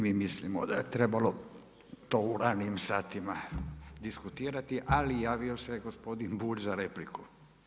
Svi mi mislimo da je trebalo to u ranijim satima diskutirati, ali javio se gospodin Bulj za repliku.